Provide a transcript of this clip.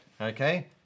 Okay